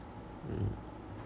mm